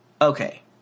okay